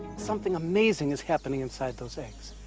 something amazing is happening inside those eggs.